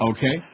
Okay